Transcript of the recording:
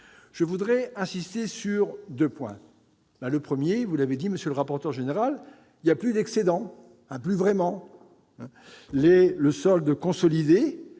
Je voudrais insister sur deux points. Tout d'abord, vous l'avez dit, monsieur le rapporteur général, il n'y a plus d'excédent, ou plus vraiment. Le solde consolidé